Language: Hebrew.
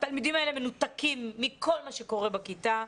התלמידים האלה מנותקים מכל מה שקורה בכיתה.